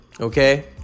okay